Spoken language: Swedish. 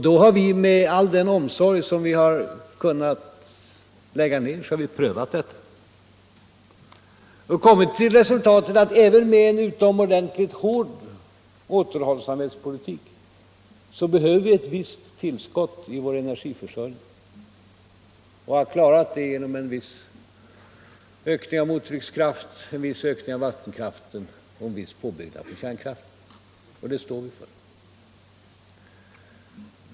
Då har vi prövat detta med all den omsorg vi kunnat lägga ned och kommit till resultatet att även med en utomordentligt hård återhållsamhetspolitik behöver vi ett tillskott i vår energiförsörjning och att vi kan klara detta genom en viss ökning av mottryckskraften och vattenkraften och med en viss påbyggnad av kärnkraften. Och det står vi för.